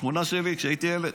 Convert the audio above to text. השכונה שלי, כשהייתי ילד,